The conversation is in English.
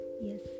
Yes